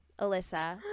Alyssa